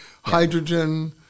hydrogen